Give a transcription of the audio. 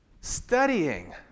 Studying